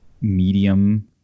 medium